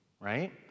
right